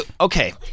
okay